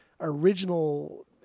original